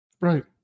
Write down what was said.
Right